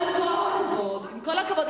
אבל עם כל הכבוד,